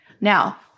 Now